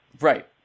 Right